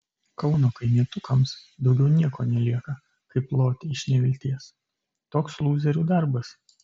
kauno kaimietukams daugiau nieko nelieka kaip loti iš nevilties toks lūzerių darbas